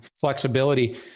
flexibility